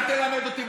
אל תלמד אותי,